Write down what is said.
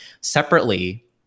separately